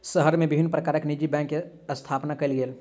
शहर मे विभिन्न प्रकारक निजी बैंक के स्थापना कयल गेल